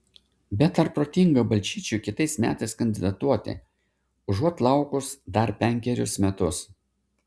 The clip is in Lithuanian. bet ar protinga balčyčiui kitais metais kandidatuoti užuot laukus dar penkerius metus